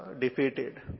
defeated